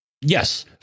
Yes